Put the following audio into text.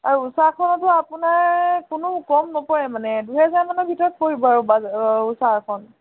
আৰু উষাখনতো আপোনাৰ কোনো কম নপৰে মানে দুহেজাৰমানৰ ভিতৰত পৰিব আৰু বাজ্ অহ্ উষাখন